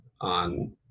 on